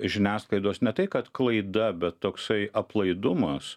žiniasklaidos ne tai kad klaida bet toksai aplaidumas